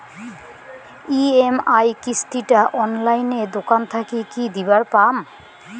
EMI কিস্তি টা অনলাইনে দোকান থাকি কি দিবার পাম?